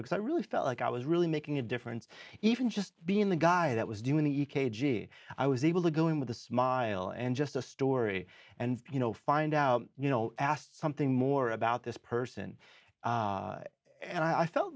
because i really felt like i was really making a difference even just being the guy that was doing the e k g i was able to go in with a smile and just a story and you know find out you know asked something more about this person and i felt